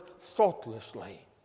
thoughtlessly